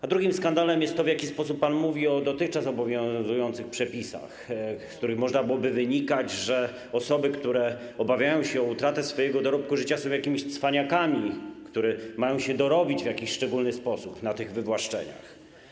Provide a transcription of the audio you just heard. A drugim skandalem jest to, w jaki sposób pan mówi o dotychczas obowiązujących przepisach, z których może wynikać, że osoby, które obawiają się o utratę swojego dorobku życia, są jakimiś cwaniakami, bo mają się dorobić w jakiś szczególny sposób na tych wywłaszczeniach.